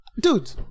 Dude